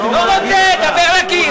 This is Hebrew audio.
לא רוצה, דבר לקיר.